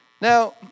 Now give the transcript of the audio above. Now